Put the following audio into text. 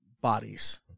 bodies